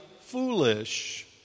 foolish